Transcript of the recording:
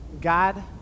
God